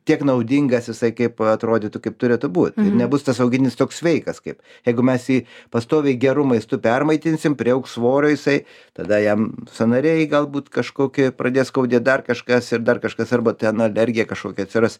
tiek naudingas jisai kaip atrodytų kaip turėtų būt ir nebus tas augintinis toks sveikas kaip jeigu mes jį pastoviai geru maistu permaitinsim priaugs svorio jisai tada jam sąnariai galbūt kažkoki pradės skaudėt dar kažkas ir dar kažkas arba ten alergija kažkokia atsiras